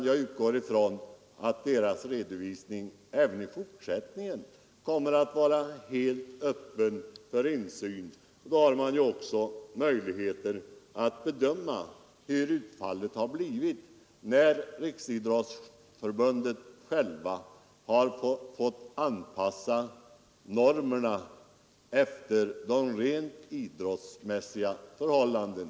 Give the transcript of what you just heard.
Jag utgår ifrån att förbundets redovisning även i fortsättningen kommer att vara helt öppen för insyn. Då har man också möjlighet att bedöma hur utfallet blivit sedan Riksidrottsförbundet självt fått anpassa normerna efter de rent idrottsmässiga förhållandena.